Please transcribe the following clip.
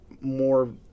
more